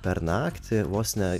per naktį vos ne